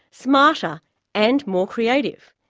smarter and more creative.